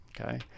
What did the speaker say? Okay